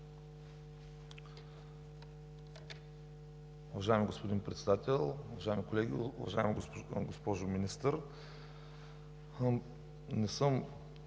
Уважаеми господин Председател, уважаеми колеги! Уважаема госпожо Министър, не съм